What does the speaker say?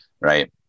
Right